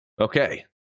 okay